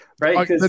Right